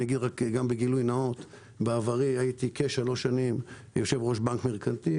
אגיד בגילוי נאות שבעבר הייתי במשך כשלוש שנים יושב-ראש בנק מרכנתיל,